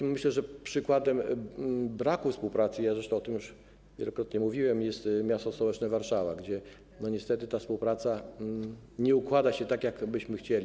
Myślę że takim przykładem braku współpracy - ja zresztą o tym już wielokrotnie mówiłem - jest miasto stołeczne Warszawa, gdzie niestety ta współpraca nie układa się tak, jak byśmy chcieli.